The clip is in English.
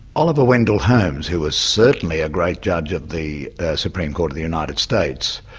oliver wendell holmes, who was certainly a great judge of the supreme court of the united states,